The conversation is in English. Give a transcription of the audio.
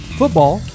football